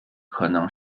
可能